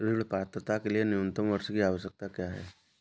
ऋण पात्रता के लिए न्यूनतम वर्ष की आवश्यकता क्या है?